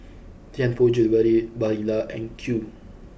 Tianpo Jewellery Barilla and Qoo